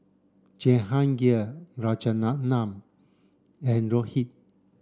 Jehangirr Rajaratnam and Rohit